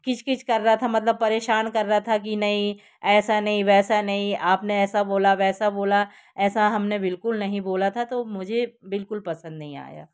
किच किच कर रहा था मतलब परेशान कर रहा था कि नहीं ऐसा नहीं वैसा नहीं आपने ऐसा बोला वैसा बोला ऐसा हमने बिल्कुल नहीं बोला था तो मुझे बिल्कुल पसंद नहीं आया